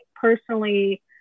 personally